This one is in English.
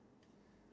sorry